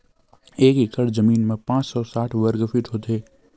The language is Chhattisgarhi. एक एकड़ जमीन मा पांच सौ साठ वर्ग फीट होथे